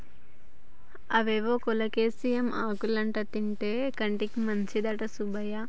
అవేవో కోలేకేసియం ఆకులంటా తింటే కంటికి మంచిదంట సుబ్బయ్య